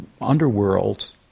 underworld